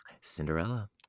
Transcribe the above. Cinderella